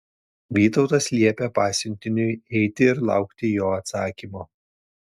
vytautas liepė pasiuntiniui eiti ir laukti jo atsakymo